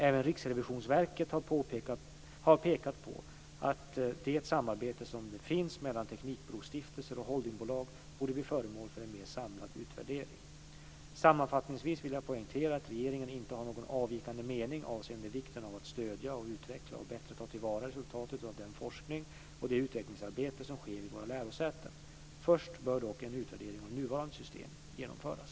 Även Riksrevisionsverket har pekat på att det samarbete som finns mellan teknikbrostiftelser och holdingbolag borde bli föremål för en mer samlad utvärdering Sammanfattningsvis vill jag poängtera att regeringen inte har någon avvikande mening avseende vikten av att stödja, utveckla och bättre ta till vara resultaten av den forskning och det utvecklingsarbete som sker vid våra lärosäten. Först bör dock en utvärdering av nuvarande system genomföras.